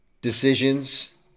decisions